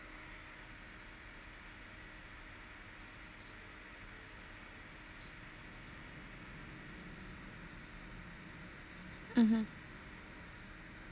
mmhmm